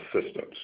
assistance